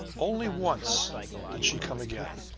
only once did she come again,